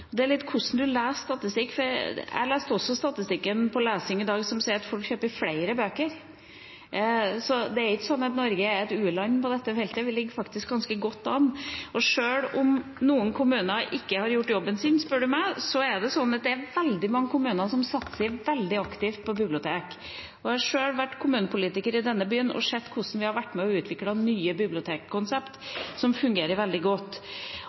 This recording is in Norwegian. Det handler litt om hvordan man leser statistikk. Jeg leste også statistikken om lesing i dag, som sier at folk kjøper flere bøker. Så det er ikke sånn at Norge er et u-land på dette feltet, vi ligger faktisk ganske godt an. Sjøl om noen kommuner ikke har gjort jobben sin, er det sånn – spør du meg – at det er veldig mange kommuner som satser veldig aktivt på bibliotek. Jeg har sjøl vært kommunepolitiker i denne byen og sett hvordan vi har vært med og utviklet nye bibliotekkonsept som fungerer veldig godt.